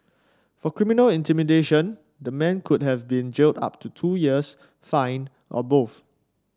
for criminal intimidation the man could have been jailed up to two years fined or both